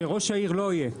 שראש העיר לא יהיה?